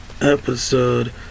Episode